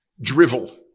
drivel